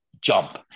jump